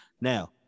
Now